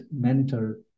mentor